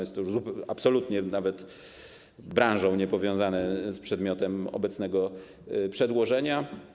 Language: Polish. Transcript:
Jest to już absolutnie nawet branżą niepowiązane z przedmiotem obecnego przedłożenia.